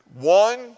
One